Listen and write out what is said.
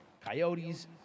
Coyotes